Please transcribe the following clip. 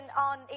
on